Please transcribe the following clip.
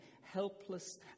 helpless